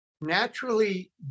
Naturally